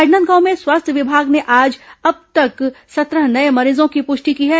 राजनांदगांव में स्वास्थ्य विभाग ने आज अब तक सत्रह नये मरीजों की पुष्टि की है